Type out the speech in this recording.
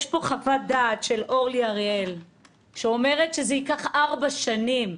יש פה חוות דעת של אורלי אריאל שאומרת שזה ייקח ארבע שנים.